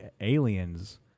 aliens